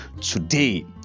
today